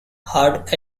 hard